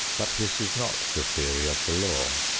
but this is not the theory of the law.